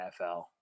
NFL